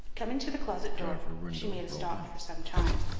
coming to the closet-door, she made a stop for some time,